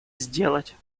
сделать